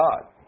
God